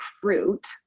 fruit